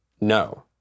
No